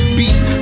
beast